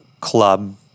club